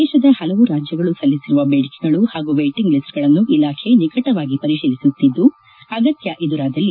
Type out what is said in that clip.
ದೇಶದ ಹಲವು ರಾಜ್ಯಗಳು ಸಲ್ಲಿಸಿರುವ ಬೇಡಿಕೆಗಳು ಹಾಗೂ ವೈಟಿಂಗ್ ಲಿಸ್ಟ್ಗಳನ್ನು ಇಲಾಖೆ ನಿಕಟವಾಗಿ ಪರಿತೀಲಿಸುತ್ತಿದ್ದು ಅಗತ್ತ ಎದುರಾದಲ್ಲಿ